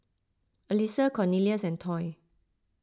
Alissa Cornelious and Toy